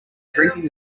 drinking